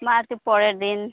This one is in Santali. ᱵᱟᱝ ᱟᱨ ᱠᱤ ᱯᱚᱨᱮᱨ ᱫᱤᱱ